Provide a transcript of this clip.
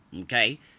okay